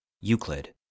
Euclid